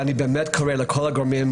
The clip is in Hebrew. ואני באמת קורא לכל הגורמים,